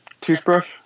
Toothbrush